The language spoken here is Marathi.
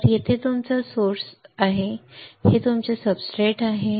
तर येथे तुमचा स्त्रोत ठीक आहे येथे तुमचे सब्सट्रेट्स आहेत येथे तुमचे सब्सट्रेट्स ठीक आहेत